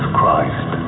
Christ